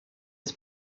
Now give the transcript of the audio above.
his